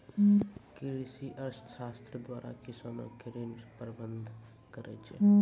कृषि अर्थशास्त्र द्वारा किसानो के ऋण प्रबंध करै छै